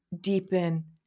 deepen